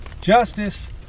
Justice